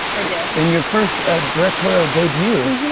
i did. in your first ah directorial debut.